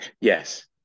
Yes